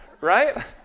right